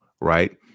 right